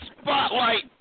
spotlight